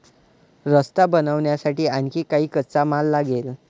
रस्ता बनवण्यासाठी आणखी काही कच्चा माल लागेल